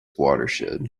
watershed